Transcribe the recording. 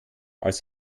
als